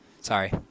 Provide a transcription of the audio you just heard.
sorry